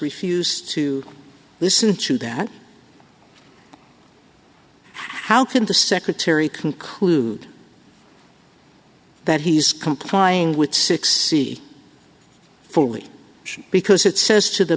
refused to listen to that how can the secretary conclude that he's complying with six c fully because it says to the